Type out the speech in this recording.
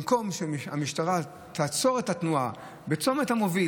במקום שהמשטרה תעצור את התנועה בצומת המוביל